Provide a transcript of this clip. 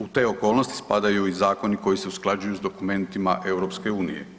U te okolnosti spadaju i zakoni koji se usklađuju s dokumentima EU.